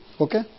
Okay